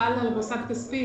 שחל על מוסד כספי,